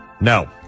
No